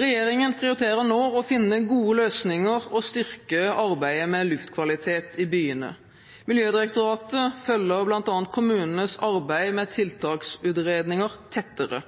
Regjeringen prioriterer nå å finne gode løsninger og styrke arbeidet med luftkvalitet i byene. Miljødirektoratet følger bl.a. kommunenes arbeid med tiltaksutredninger tettere.